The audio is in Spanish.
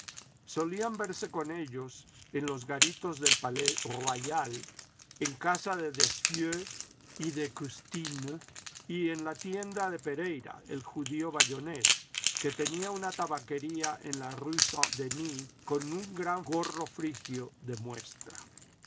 solían verse con ellos en los garitos del palais royal en casa de desfieux y de custine y en la tienda de pereyra el judío bayonés que tenía una tabaquería en la rué saint-denis con un gran gorro frigio de